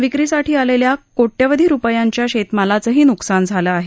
विक्रीसाठी आलेल्या कोट्यवधी रुपयांच्या शेतमालाचंही नुकसान झालं आहे